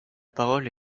parole